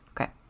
Okay